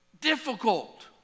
difficult